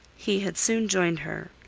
he had soon joined her.